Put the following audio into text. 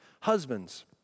Husbands